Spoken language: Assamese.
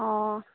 অঁ